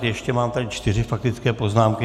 Ještě mám tady čtyři faktické poznámky.